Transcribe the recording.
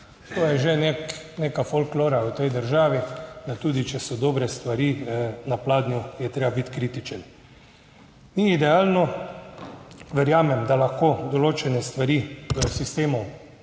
To je že neka folklora v tej državi, da tudi če so dobre stvari na pladnju, je treba biti kritičen. Ni idealno, verjamem, da lahko določene stvari v sistemu